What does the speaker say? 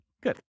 Good